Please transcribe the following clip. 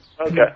Okay